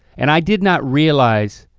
and i did not realize,